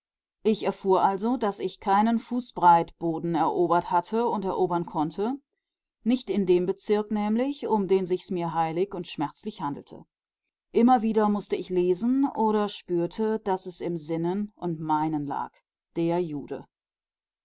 ich erfuhr also daß ich keinen fußbreit boden erobert hatte und erobern konnte nicht in dem bezirk nämlich um den sich's mir heilig und schmerzlich handelte immer wieder mußte ich lesen oder spürte daß es im sinnen und meinen lag der jude